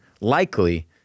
likely